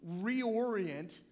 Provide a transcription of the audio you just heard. reorient